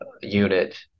unit